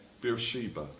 Beersheba